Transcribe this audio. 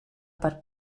per